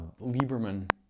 Lieberman